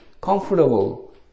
comfortable